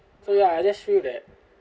so ya I just feel that